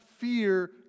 fear